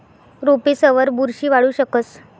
रोपेसवर बुरशी वाढू शकस